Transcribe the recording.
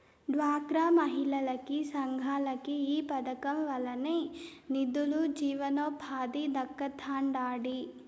డ్వాక్రా మహిళలకి, సంఘాలకి ఈ పదకం వల్లనే నిదులు, జీవనోపాధి దక్కతండాడి